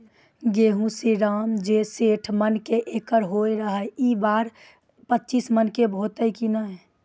गेहूँ श्रीराम जे सैठ मन के एकरऽ होय रहे ई बार पचीस मन के होते कि नेय?